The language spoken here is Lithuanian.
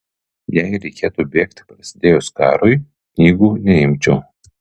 jei reikėtų bėgti prasidėjus karui knygų neimčiau